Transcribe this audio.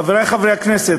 חברי חברי הכנסת,